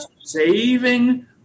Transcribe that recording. saving